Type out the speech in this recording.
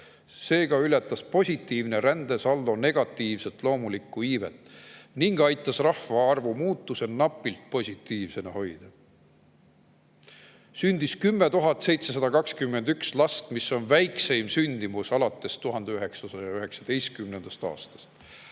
Seega ületas positiivne rändesaldo negatiivset loomulikku iivet ning aitas rahvaarvu muutuse napilt positiivsena hoida." Sündis 10 721 last, mis on väikseim sündimus alates 1919. aastast